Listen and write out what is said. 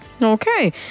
Okay